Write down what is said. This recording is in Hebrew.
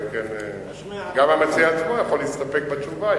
גם המציע עצמו יכול להסתפק בתשובה,